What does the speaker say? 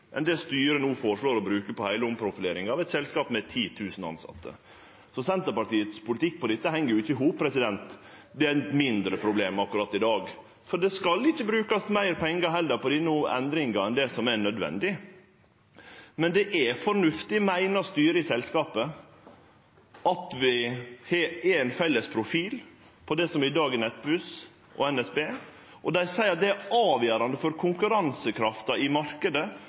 enn det styret no føreslår å bruke på heile omprofileringa av eit selskap med 10 000 tilsette, så Senterpartiets politikk på dette heng jo ikkje i hop. Det er eit mindre problem akkurat i dag, for det skal ikkje brukast meir pengar på denne endringa enn det som er nødvendig. Men styret i selskapet meiner det er fornuftig at vi har éin felles profil på det som i dag er Nettbuss og NSB, og dei seier at det er avgjerande for konkurransekrafta i